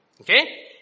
Okay